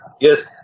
yes